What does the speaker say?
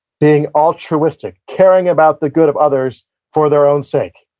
being altruistic, caring about the good of others for their own sake.